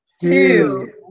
two